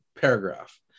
paragraph